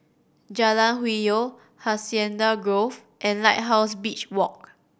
Jalan Hwi Yoh Hacienda Grove and Lighthouse Beach Walk